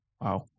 Wow